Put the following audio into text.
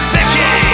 Vicky